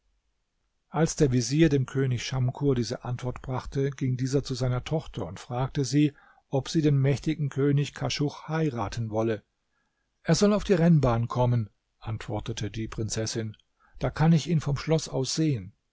als der vezier dem könig schamkur diese antwort brachte ging dieser zu seiner tochter und fragte sie ob sie den mächtigen könig kaschuch heiraten wolle er soll auf die rennbahn kommen antwortete die prinzessin da kann ich ihn vom schloß aus